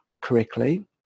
correctly